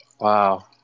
Wow